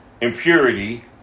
impurity